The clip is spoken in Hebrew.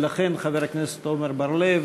ולכן חבר הכנסת עמר בר-לב,